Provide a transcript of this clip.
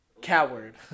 Coward